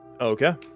okay